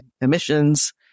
emissions